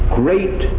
great